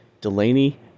Delaney